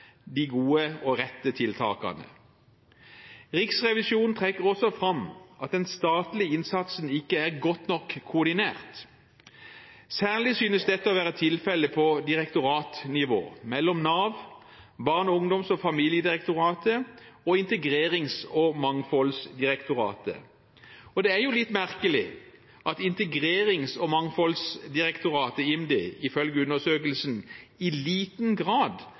de gode og rette tiltakene. Riksrevisjonen trekker også fram at den statlige innsatsen ikke er godt nok koordinert. Særlig synes dette å være tilfellet på direktoratnivå, mellom Nav, Barne-, ungdoms- og familiedirektoratet og Integrerings- og mangfoldsdirektoratet. Det er jo litt merkelig at Integrerings- og mangfoldsdirektoratet, IMDi, ifølge undersøkelsen i liten grad